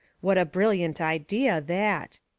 what a brilliant idea, that!